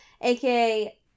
aka